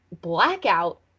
blackout